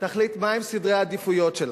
תחליט מהם סדרי העדיפויות שלה,